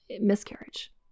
miscarriage